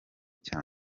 cya